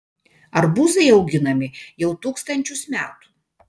arbūzai auginami jau tūkstančius metų